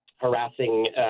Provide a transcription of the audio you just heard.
harassing